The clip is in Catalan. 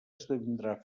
esdevindrà